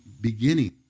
beginning